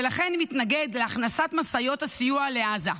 ולכן מתנגד להכנסת משאיות הסיוע לעזה.